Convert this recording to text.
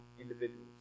individuals